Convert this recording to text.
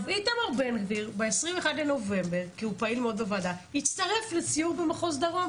איתמר בן גביר ב-21 בנובמבר יצטרף לסיור במחוז דרום